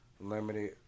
limited